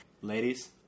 Ladies